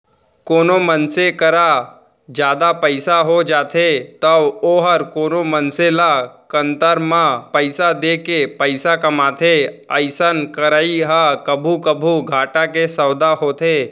कोनो मनसे करा जादा पइसा हो जाथे तौ वोहर कोनो मनसे ल कन्तर म पइसा देके पइसा कमाथे अइसन करई ह कभू कभू घाटा के सौंदा होथे